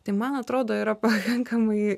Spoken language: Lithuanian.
tai man atrodo yra pakankamai